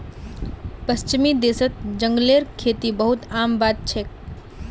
पश्चिमी देशत जंगलेर खेती बहुत आम बात छेक